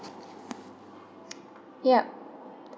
yup